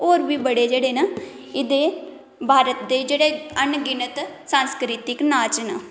होर बी बड़े जेह्ड़े न एह्दे भारत दे जेह्ड़े अनगनित संस्कृतक नाच न